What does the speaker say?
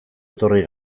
etorri